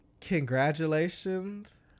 congratulations